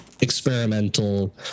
experimental